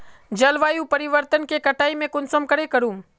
जलवायु परिवर्तन के कटाई में कुंसम करे करूम?